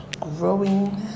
growing